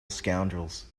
scoundrels